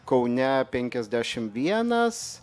kaune penkiasdešim vienas